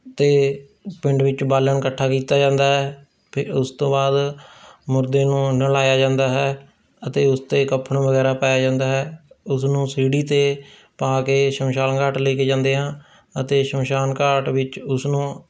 ਅਤੇ ਪਿੰਡ ਵਿੱਚ ਬਾਲਣ ਇਕੱਠਾ ਕੀਤਾ ਜਾਂਦਾ ਹੈ ਅਤੇ ਉਸ ਤੋਂ ਬਾਅਦ ਮੁਰਦੇ ਨੂੰ ਨਲਾਇਆ ਜਾਂਦਾ ਹੈ ਅਤੇ ਉਸ 'ਤੇ ਕੱਫਨ ਵਗੈਰਾ ਪਾਇਆ ਜਾਂਦਾ ਹੈ ਉਸਨੂੰ ਸੀੜੀ 'ਤੇ ਪਾ ਕੇ ਸ਼ਮਸ਼ਾਨ ਘਾਟ ਲੈ ਕੇ ਜਾਂਦੇ ਆ ਅਤੇ ਸ਼ਮਸ਼ਾਨ ਘਾਟ ਵਿੱਚ ਉਸ ਨੂੰ